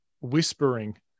whispering